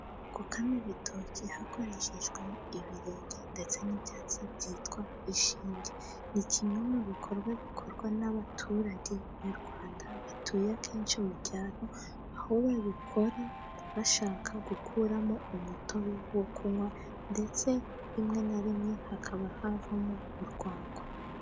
Gukama ibitoki hakoreshejwe ibirenge ndetse n'ibyatsi byitwa ishinge , ni kimwe mu bikorwa bikorwa n'abaturage Nyarwanda , batuye akenshi mu cyaro . Aho babikora bashaka gukuramo umutobe wo kunywa ndetse rimwe na rimwe hakaba havamo urwagwa.